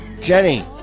Jenny